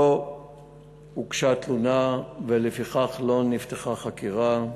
לא הוגשה תלונה ולפיכך לא נפתחה חקירה.